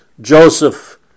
Joseph